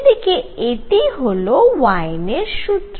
এদিকে এটি হল ওয়েইনের সূত্র